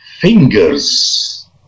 fingers